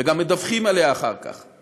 וגם מדווחים עליה אחר כך,